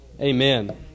Amen